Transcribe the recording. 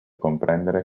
comprendere